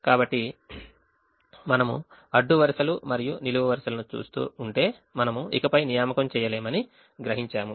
కాబట్టి మనము అడ్డు వరుసలు మరియు నిలువు వరుసలను చూస్తూ ఉంటే మనము ఇకపై నియామకం చేయలేమని గ్రహించాము